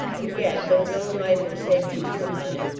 and yet, though his own life and safety hung upon it,